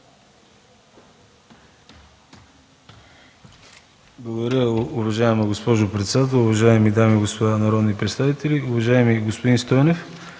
Благодаря, уважаема госпожо председател. Уважаеми дами и господа народни представители! Уважаеми господин Стойнев,